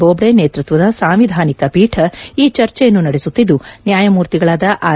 ಬೋಬ್ಡೆ ನೇತೃತ್ವದ ಸಾಂವಿಧಾನಿಕ ಪೀಠ ಈ ಚರ್ಚೆಯನ್ನು ನಡೆಸುತ್ತಿದ್ದು ನ್ಯಾಯಮೂರ್ತಿಗಳಾದ ಆರ್